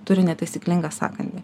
turi netaisyklingą sąkandį